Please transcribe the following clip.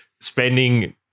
spending